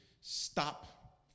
stop